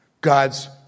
God's